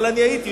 אבל אני הייתי,